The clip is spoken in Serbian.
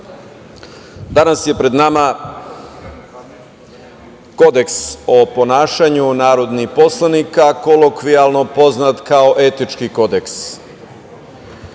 danas je pred nama Kodeks o ponašanju narodnih poslanika, kolokvijalno poznat kao „etički kodeks“.